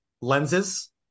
lenses